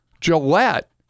Gillette